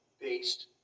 based